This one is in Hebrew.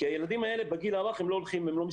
שהילדים האלה בגיל הרך הם לא מסתובבים,